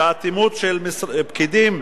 שבאטימות של פקידים,